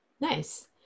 nice